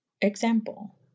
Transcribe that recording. Example